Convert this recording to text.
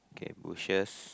eight bushes